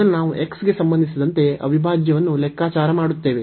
ಮೊದಲು ನಾವು x ಗೆ ಸಂಬಂಧಿಸಿದಂತೆ ಅವಿಭಾಜ್ಯವನ್ನು ಲೆಕ್ಕಾಚಾರ ಮಾಡುತ್ತೇವೆ